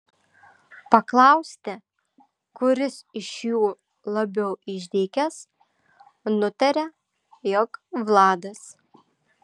paklausti kuris iš jų labiau išdykęs nutaria jog vladas